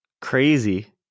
Crazy